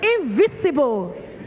invisible